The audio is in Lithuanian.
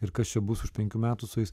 ir kas čia bus už penkių metų su jais